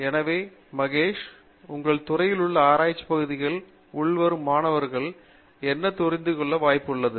எனவே மகேஷ் உங்கள் துறையிலுள்ள ஆராய்ச்சிப் பகுதிகள் உள்வரும் மாணவர்கள் என்ன தெரிந்துகொள்ள வாய்ப்பு உள்ளது